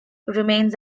remains